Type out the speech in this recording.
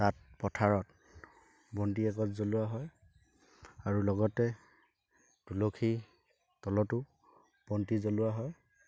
তাত পথাৰত বন্তি এগজ জ্বলোৱা হয় আৰু লগতে তুলসী তলতো বন্তি জ্বলোৱা হয়